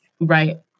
Right